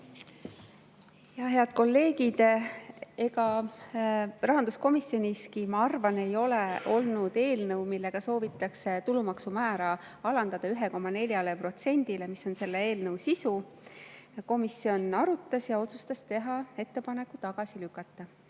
Head kolleegid! Ega rahanduskomisjoniski, ma arvan, ei ole olnud eelnõu, millega soovitakse tulumaksumäära alandada 1,4%-le, mis on selle eelnõu sisu. Komisjon arutas ja otsustas teha ettepaneku tagasi lükata.